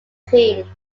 team